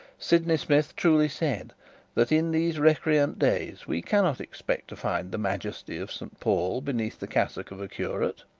sydney smith truly said that in these recreant days we cannot expect to find the majesty of st. paul beneath the cassock of a curate.